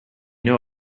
know